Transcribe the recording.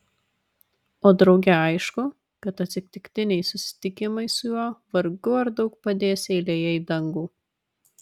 o drauge aišku kad atsitiktiniai susitikimai su juo vargu ar daug padės eilėje į dangų